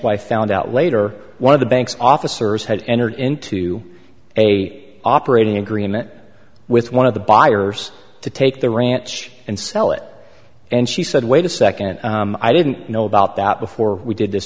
wife found out later one of the banks officers had entered into a operating agreement with one of the buyers to take the ranch and sell it and she said wait a second i didn't know about that before we did this